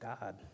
God